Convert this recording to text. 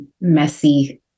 messy